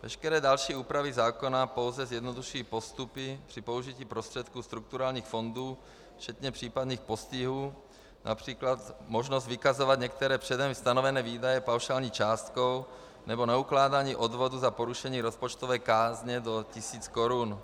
Veškeré další úpravy zákona pouze zjednodušují postupy při použití prostředků strukturálních fondů včetně případných postihů, např. možnost vykazovat některé předem stanovené výdaje paušální částkou nebo na ukládání odvodů za porušení rozpočtové kázně do tisíce korun.